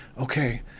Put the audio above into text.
okay